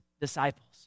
disciples